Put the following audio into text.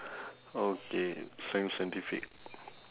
okay scien~ scientific